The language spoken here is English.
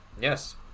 Yes